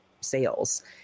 sales